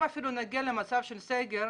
אם אפילו נגיע למצב של סגר,